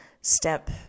Step